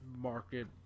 market